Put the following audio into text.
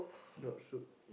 not so